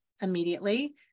immediately